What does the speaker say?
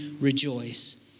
rejoice